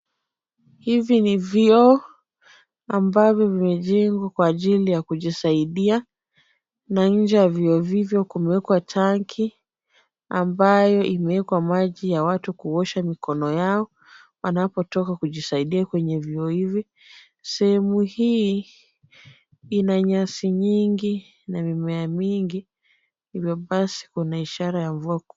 Hivi ni vioo, ambavyo vimejengwa kwa ajili ya kujisaidia. Na nje ya vioo hivyo kumewekwa tanki. Ambayo imewekwa maji ya watu kuosha mikono yao, wanapotoka kujisaidia kwenye vioo hivi, sehemu hii ina nyasi nyingi na mimea mingi hivyo basi kuna ishara ya mvua.